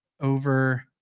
over